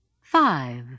Five